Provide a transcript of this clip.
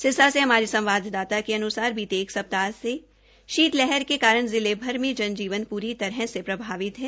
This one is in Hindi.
सिरसा से हमारे संवाददाता के अन्सार बीते एक सप्ताह से शीत लहर के कारण जिले भर में जनजीवन पूरी तरह प्रभावित है